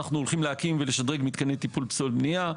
אנחנו הולכים להקים ולשדרג מתקני טיפול פסולת בנייה.